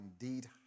indeed